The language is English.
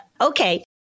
Okay